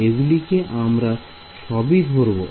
এগুলিকে আমরা সবই ধরবো